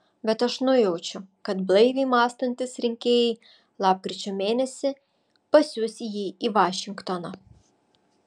bet aš nujaučiu kad blaiviai mąstantys rinkėjai lapkričio mėnesį pasiųs jį į vašingtoną